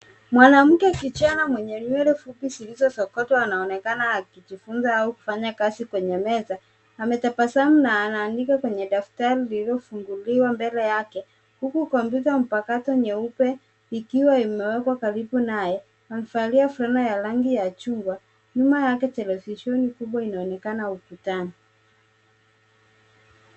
Mwanamke kijana mwenye nywele fupi zilizosokotwa anaonekana akijifunza au kufanya kazi kwenye meza. Ametabasamu na anaandika kwenye daftari lililofunguliwa mbele yake huku kompyuta mpakato nyeupe ikiwa imewekwa karibu naye. Amevalia fulana ya rangi ya chungwa. Nyuma yake, televisheni kubwa inaonekana ukutani.